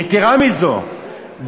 יתרה מזאת,